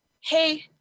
hey